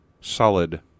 solid